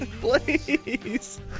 Please